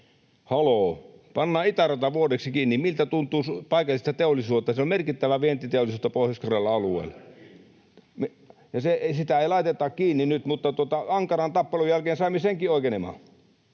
Haloo, pannaan itärata vuodeksi kiinni. Miltä tuntuu paikallisesta teollisuudesta? Siellä on merkittävää vientiteollisuutta Pohjois-Karjalan alueella. [Marko Kilpi: Eihän sitä laiteta kiinni!] — Sitä ei laiteta kiinni nyt, kun ankaran tappelun jälkeen saimme senkin oikenemaan.